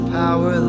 power